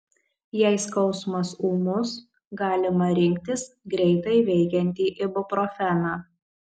jei skausmas ūmus galima rinktis greitai veikiantį ibuprofeną